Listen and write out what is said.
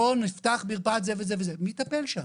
בואו נפתח מרפאת זה וזה' מי יטפל שם?